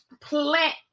plant